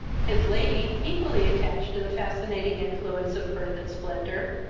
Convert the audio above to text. his lady, equally attached to the fascinating influence of birth and splendor,